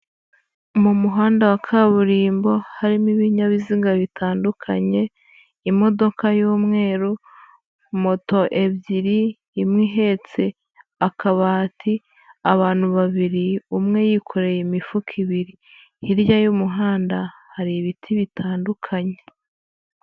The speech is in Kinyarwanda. Mu muhanda wa kaburimbo harimo ibinyabiziga bitandukanye imodoka y'umweru, moto ebyiri imwe ihetse akabati, abantu babiri umwe yikoreye imifuka ibiri, hirya y'umuhanda hari ibiti bitandukanye.